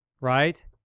right